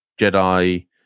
Jedi